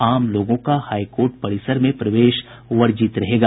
आम लोगों का हाई कोर्ट परिसर में प्रवेश वर्जित रहेगा